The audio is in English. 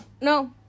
No